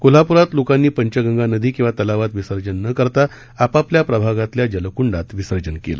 कोल्हाप्रात लोकांनी पंचगंगा नदी किंवा तलावात विसर्जन न करता आपआपल्या प्रभागातल्या जलक्ंडात विसर्जन केलं